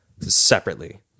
separately